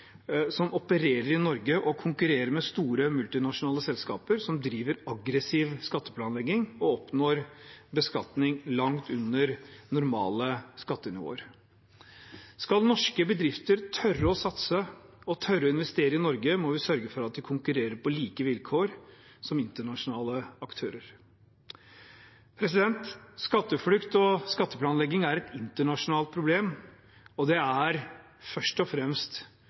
som opererer i Norge, å konkurrere med store multinasjonale selskaper som driver aggressiv skatteplanlegging og oppnår beskatning langt under normale skattenivåer. Skal norske bedrifter tørre å satse og tørre å investere i Norge, må vi sørge for at vi konkurrerer på like vilkår som internasjonale aktører. Skatteflukt og skatteplanlegging er et internasjonalt problem, og det er først og fremst